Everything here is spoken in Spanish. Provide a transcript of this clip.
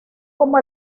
como